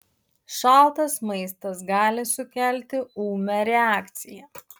šaltas maistas gali sukelti ūmią reakciją